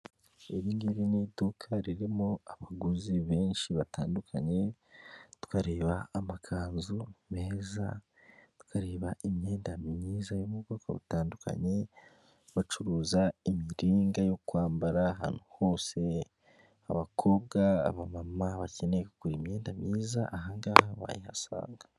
Iri ngiri ni iduka ririmo abaguzi benshi batandukanye, tukareba amakanzu meza, tukareba imyenda myiza yo mu bwoko butandukanye, bacuruza imiringa yo kwambara ahantu hose; abakobwa, abamama bakeneye kugura imyenda myiza, aha ngaha wayihasanga.